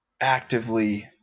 actively